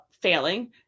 failing